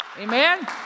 amen